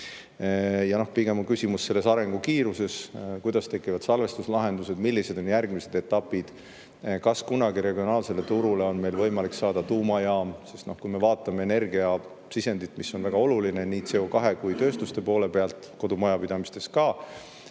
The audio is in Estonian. valik. Pigem on küsimus selles arengu kiiruses: kuidas tekivad salvestuslahendused, millised on järgmised etapid, kas kunagi regionaalsele turule on meil võimalik saada tuumajaam. Kui me vaatame energiasisendit, mis on väga oluline nii CO2kui ka tööstuste ja kodumajapidamiste